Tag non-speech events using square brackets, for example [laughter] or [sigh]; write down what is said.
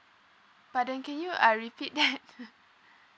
but then can you uh repeat that [laughs]